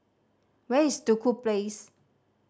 where is Duku Place